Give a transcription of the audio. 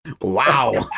wow